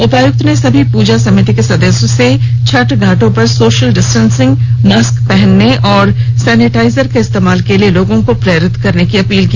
उपायुक्त ने सभी पूजा समिति के सदस्यों से छठ घाटो पर सोशल डिस्टेंसिग मास्क पहनने और सैनिटाइजर के इस्तेमाल के लिए लोगों को प्रेरित करने की अपील की